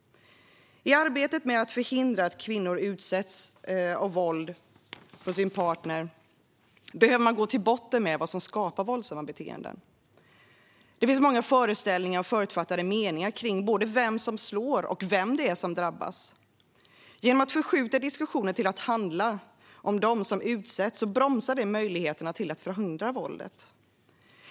I arbetet med att förhindra att kvinnor utsätts för våld av sin partner behöver man gå till botten med vad som skapar våldsamma beteenden. Det finns många föreställningar och förutfattade meningar kring både vem som slår och vem det är som drabbas. Genom att förskjuta diskussionen till att handla om dem som utsätts bromsar man möjligheterna att förhindra våldet.